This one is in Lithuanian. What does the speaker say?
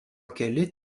keli